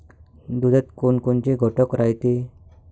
दुधात कोनकोनचे घटक रायते?